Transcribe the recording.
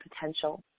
potential